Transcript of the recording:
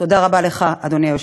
תודה רבה לך, אדוני היושב-ראש.